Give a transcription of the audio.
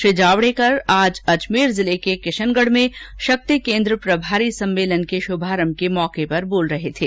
श्री जावडेकर आज अजमेर जिले के किशनगढ में शक्ति केन्द्र प्रभारी सम्मेलन के शुभारंभ के मौके पर बोल रहे थे